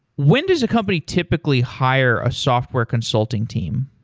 when does a company typically hire a software consulting team?